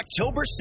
October